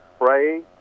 pray